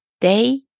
day